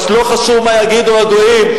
לא חשוב מה יגידו הגויים,